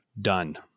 done